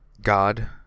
God